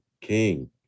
King